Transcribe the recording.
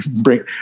bring